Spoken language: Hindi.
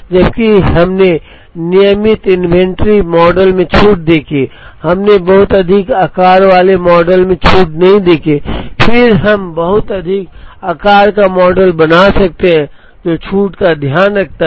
जबकि हमने नियमित इन्वेंट्री मॉडल में छूट देखी हमने बहुत अधिक आकार वाले मॉडल में छूट नहीं देखी फिर हम बहुत अधिक आकार का मॉडल बना सकते हैं जो छूट का ध्यान रखता है